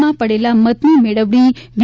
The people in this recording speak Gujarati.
માં પડેલા મતની મેળવણી વી